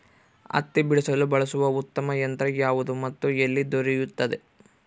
ಹತ್ತಿ ಬಿಡಿಸಲು ಬಳಸುವ ಉತ್ತಮ ಯಂತ್ರ ಯಾವುದು ಮತ್ತು ಎಲ್ಲಿ ದೊರೆಯುತ್ತದೆ?